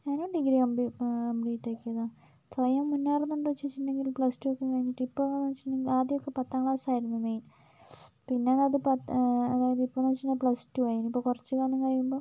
ഞാനും degree complete complete ആക്കിയത് സ്വയം മുന്നേറുന്നുണ്ടോ ചോദിച്ചിട്ടുണ്ടെങ്കിൽ പ്ലസ് ടു ഒക്കെ കഴിഞ്ഞിട്ട് ഇപ്പോൾ വെച്ചിട്ടുണ്ടെങ്കിൽ ആദ്യമൊക്കെ പത്താം ക്ലാസ്സായിരുന്നു മെയിൻ പിന്നെ അത് പത്ത് അതായത് ഇപ്പൊഴെന്ന് വെച്ചിട്ടുണ്ടെങ്കിൽ പ്ലസ്ടു ആയി ഇനിയിപ്പോൾ കുറച്ച് കാലം കഴിയുമ്പം